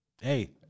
hey